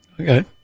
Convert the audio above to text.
Okay